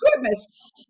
goodness